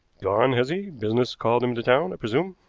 gone, has he? business called him to town, i presume?